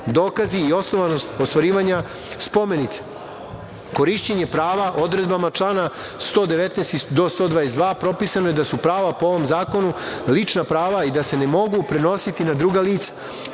dokazi i osnovanost ostvarivanja, spomenice. Korišćenje prava odredbama člana 119. do 122. propisano je da su prava po ovom zakonu lična prava i da se ne mogu prenositi na druga lica.